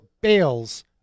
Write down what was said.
bales